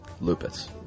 Lupus